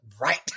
Right